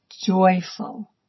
joyful